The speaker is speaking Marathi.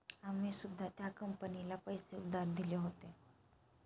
आम्ही सुद्धा त्या कंपनीला पैसे उधार दिले होते